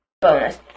Bonus